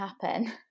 happen